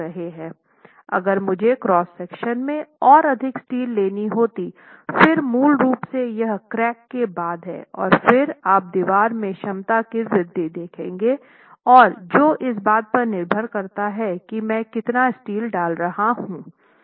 अगर मुझे cross section में और अधिक स्टील लेनी होती फिर मूल रूप से यह क्रैक के बाद है कि आप दीवार में क्षमता की वृद्धि देखें और जो इस बात पर निर्भर करता है कि मैं कितना स्टील डाल रहा हूं